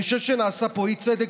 אני חושב שנעשה פה אי-צדק.